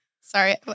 Sorry